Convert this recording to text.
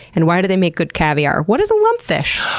and why do they make good caviar? what is a lumpfish?